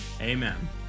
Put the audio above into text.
Amen